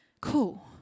cool